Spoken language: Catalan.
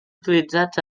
utilitzats